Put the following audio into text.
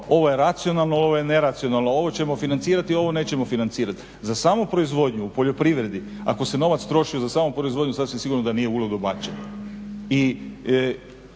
ovo je racionalno, ovo je neracionalno, ovo ćemo financirati, ovo nećemo financirati. Za samu proizvodnju u poljoprivredi ako se novac troši za samu proizvodnju sasvim sigurno da nije uludo bačen.